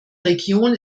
region